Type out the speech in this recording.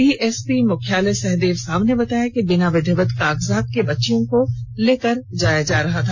DSP मुख्यालय सहदेव साव ने बताया कि बिना विधिवत कागजात को बच्चियों को लेकर जाया जा रहा था